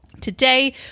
Today